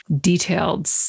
detailed